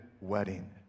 wedding